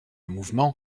mouvement